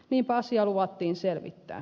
niinpä asia luvattiin selvittää